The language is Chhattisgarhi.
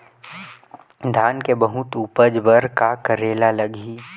धान के बहुत उपज बर का करेला लगही?